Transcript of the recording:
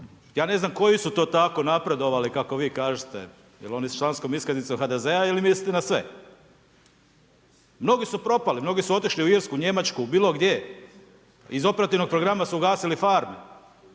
ja ne znam koji su to tako napredovali kako vi kažete jer oni s članskom iskaznicom HDZ-a ili mislite na sve? Mnogi su propali, mnogi su otišli u Irsku, Njemačku, bilo gdje. Iz operativnog programa su ugasili farme.